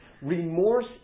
Remorse